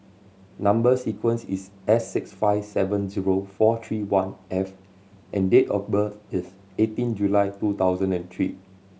number sequence is S six five seven zero four three one F and date of birth is eighteen July two thousand and three